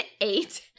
eight